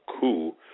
coup